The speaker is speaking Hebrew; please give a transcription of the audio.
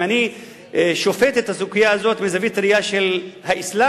אם אני שופט את הסוגיה הזאת מזווית ראייה של האסלאם,